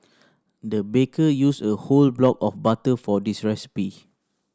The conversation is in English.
the baker used a whole block of butter for this recipe